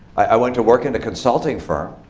i went to work in a consulting firm.